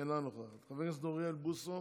אינה נוכחת, חבר הכנסת אוריאל בוסו,